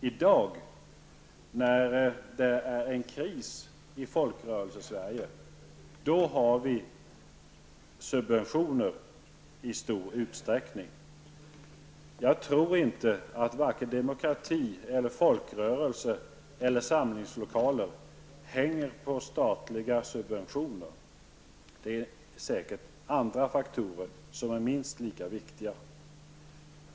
I dag, när det är en kris i Folkrörelsesverige, har vi subventioner i stor utsträckning. Jag tror inte att vare sig demokrati eller folkrörelse eller samlingslokaler hänger på statliga subventioner. Andra faktorer är säkert minst lika viktiga.